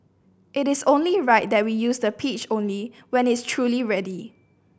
it is only right that we use the pitch only when it's truly ready